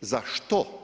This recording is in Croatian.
za što?